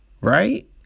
right